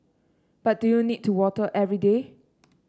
but do you need to water every day